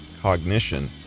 Cognition